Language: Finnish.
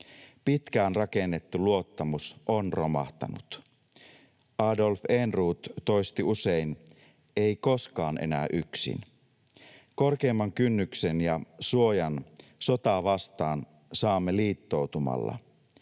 Pitkään rakennettu luottamus on romahtanut. Adolf Ehrnrooth toisti usein: ”Ei koskaan enää yksin.” Korkeimman kynnyksen ja suojan sotaa vastaan saamme liittoutumalla.